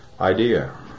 idea